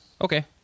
Okay